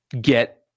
get